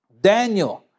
Daniel